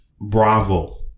bravo